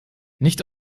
nicht